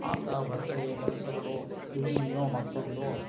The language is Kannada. ಆತ ಹೊರಗಡೆಯ ಕೆಲಸಗಳು ದುಡಿಮೆಯೋ ಮತ್ತೊಂದೋ